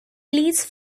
please